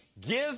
give